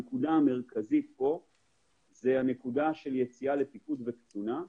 הנקודה המרכזית בו היא יציאה לפיקוד וקצונה.